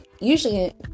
usually